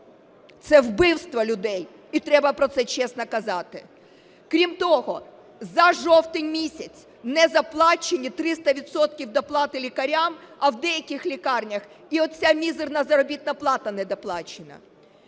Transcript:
Це вбивство людей, і треба про це чесно казати. Крім того, за жовтень місяць не заплачені 300 відсотків доплати лікарям, а в деяких лікарнях і оця мізерна заробітна плата недоплачена.